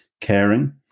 caring